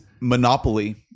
monopoly